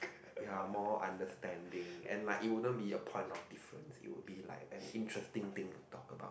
are more understanding and like it wouldn't be the point of different it would be like an interesting thing to talk about